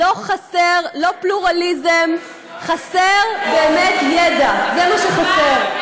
לא חסר פלורליזם, חסר באמת ידע, זה מה שחסר.